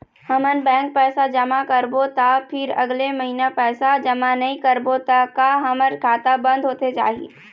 हमन बैंक पैसा जमा करबो ता फिर अगले महीना पैसा जमा नई करबो ता का हमर खाता बंद होथे जाही?